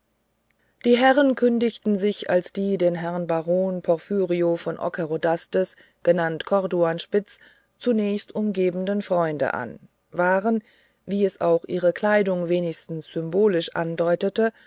die herren kündigten sich als die den herrn baron porphyrio von ockerodastes genannt corduanspitz zunächst umgebende freunde an waren wie es auch ihre kleidung wenigstens symbolisch andeutete